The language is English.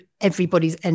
everybody's